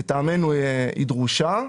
לטעמנו היא דרושה.